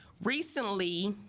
recently